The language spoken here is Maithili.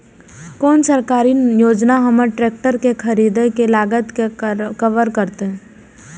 कोन सरकारी योजना हमर ट्रेकटर के खरीदय के लागत के कवर करतय?